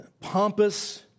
pompous